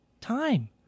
Time